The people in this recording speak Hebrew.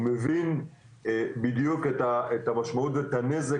הוא מבין בדיוק את המשמעות ואת הנזק